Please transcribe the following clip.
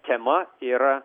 tema yra